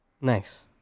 Nice